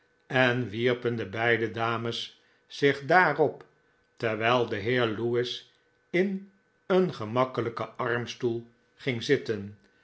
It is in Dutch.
en wierpen de beide dames zich daarop terwijl de heer lewis in een gemakkelijken armstoel ging zitten